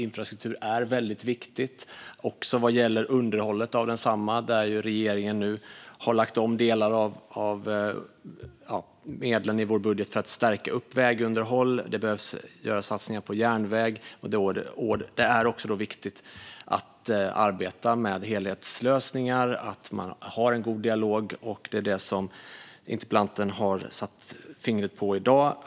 Infrastruktur är väldigt viktig, och det gäller även underhållet av densamma. Där har regeringen nu lagt om delar av medlen i vår budget för att stärka vägunderhåll. Det behövs göras satsningar på järnväg. Det är också viktigt att arbeta med helhetslösningar och att man har en god dialog. Det har interpellanten satt fingret på i dag.